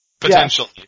potentially